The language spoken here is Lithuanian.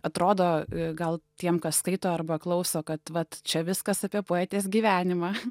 atrodo gal tiem kas skaito arba klauso kad čia viskas apie poetės gyvenimą